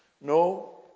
no